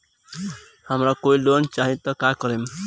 हमरा कोई लोन चाही त का करेम?